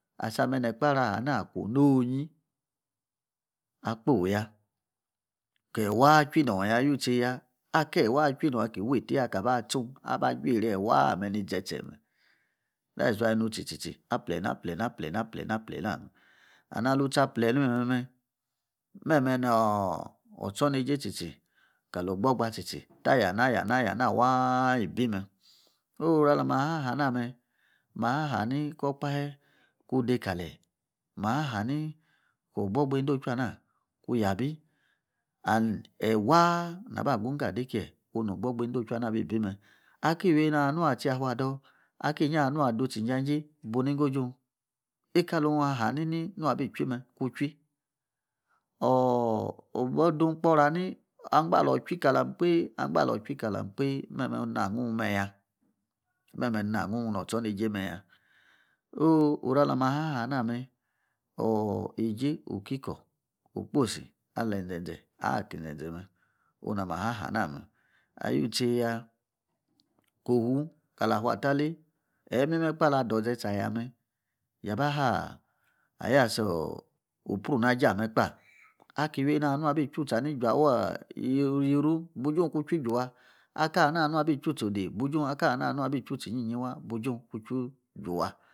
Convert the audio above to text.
Asame ni ekpaari aha ni akwa onyi akpoi ya, ka yi waa tchui nun ya agutseya akpoi yi waa, itchwi nun weightie aka ba tsun aba ju-ekri ayi wa-ameh ni dtse tse meh. Thats why onu tsi tsi aplena plena plena.